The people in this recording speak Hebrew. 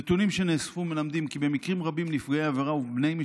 נתונים שנאספו מלמדים כי במקרים רבים נפגעי עבירה ובני